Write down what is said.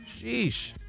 Sheesh